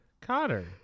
Cotter